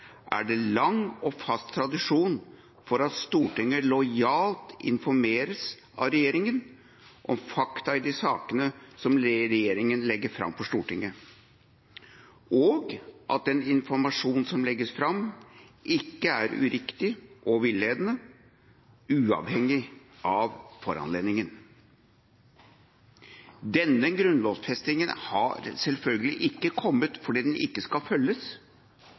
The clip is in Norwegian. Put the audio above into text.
er det lang og fast tradisjon for at Stortinget lojalt informeres av regjeringa om fakta i de sakene som regjeringa legger fram for Stortinget – og at den informasjon som legges fram, ikke er uriktig eller villedende, uavhengig av foranledningen. Denne grunnlovfestingen har selvfølgelig ikke kommet fordi den ikke skal følges,